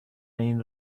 این